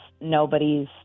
nobody's